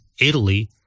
Italy